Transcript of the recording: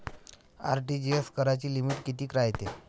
RTGS कराची limit कितीक रायते?